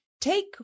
Take